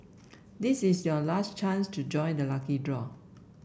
this is your last chance to join the lucky draw